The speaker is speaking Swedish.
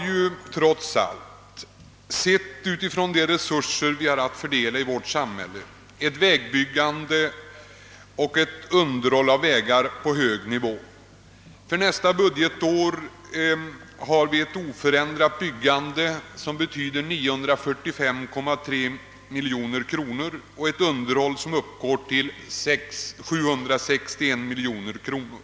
Med hänsyn till de resurser vi haft att fördela har det trots allt åstadkommits vägbyggande och vägunderhåll i stor omfattning. För nästa budgetår räknas det med ett oförändrat byggande för 945,3 miljoner kronor och ett underhåll för 761 miljoner kronor.